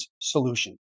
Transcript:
solution